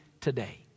today